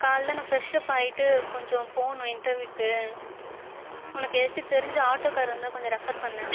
காலைல நான் ஃப்ரெஷ்அப் ஆய்ட்டு கொஞ்சம் போகணும் இன்டெர்வியூக்கு உனக்கு ஏதாச்சும் தெரிஞ்ச ஆட்டோக்கார் இருந்தால் கொஞ்சம் ரெஃபர் பண்ணு